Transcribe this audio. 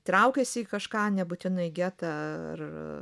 traukiasi į kažką nebūtinai į getą ar